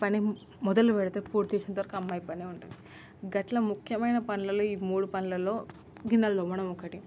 పని మొదలుపెడితే పూర్తించేవరకు అమ్మాయి పనే ఉంటుంది గట్లా ముఖ్యమయిన పనులలో ఈ మూడు పనులలో గిన్నెలు తోమడం ఒకటి